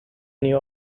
new